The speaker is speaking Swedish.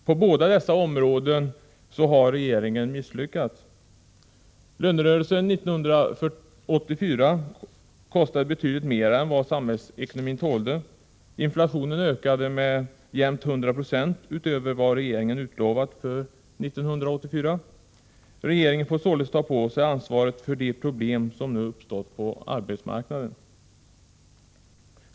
På båda dessa områden har regeringen misslyckats. Lönerörelsen 1984 kostade betydligt mera än vad samhällsekonomin tålde. Inflationen ökade med jämnt 100 20 utöver vad regeringen utlovat för 1984. Regeringen får således ta på sig ansvaret för de problem som nu uppstått på arbetsmarknaden.